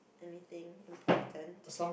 anything important